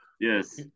Yes